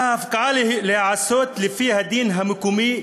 על ההפקעה להיעשות על-פי הדין המקומי,